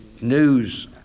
news